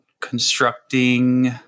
constructing